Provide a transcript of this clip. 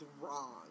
wrong